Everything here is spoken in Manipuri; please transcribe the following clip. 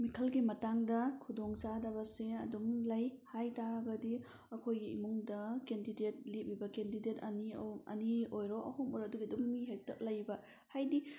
ꯃꯤꯈꯜꯒꯤ ꯃꯇꯥꯡꯗ ꯈꯨꯗꯣꯡ ꯆꯥꯗꯕꯁꯦ ꯑꯗꯨꯝ ꯂꯩ ꯍꯥꯏꯇꯥꯔꯒꯗꯤ ꯑꯩꯈꯣꯏꯒꯤ ꯏꯃꯨꯡꯗ ꯀꯦꯟꯗꯤꯗꯦꯠ ꯂꯦꯞꯂꯤꯕ ꯀꯦꯟꯗꯤꯗꯦꯠ ꯑꯅꯤ ꯑꯅꯤ ꯑꯣꯏꯔꯣ ꯑꯍꯨꯝ ꯑꯣꯏꯔꯣ ꯑꯗꯨꯒꯤ ꯑꯗꯨꯝ ꯃꯤ ꯍꯦꯛꯇ ꯂꯩꯕ ꯍꯥꯏꯗꯤ